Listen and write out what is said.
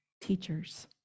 teachers